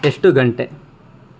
ಎಷ್ಟು ಗಂಟೆ